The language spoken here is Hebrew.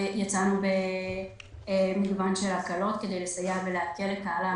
יצאנו במגוון של הקלות כדי לסייע ולהקל על קהל העמותות,